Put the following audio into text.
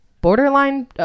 borderline